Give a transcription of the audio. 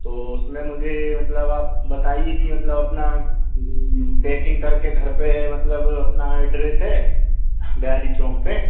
तो उसमें मुझे मतलब आप बताइए कि मतलब अपना पैकिन्ग करके घर पर मतलब अपना एड्रेस है बयारी चौक पर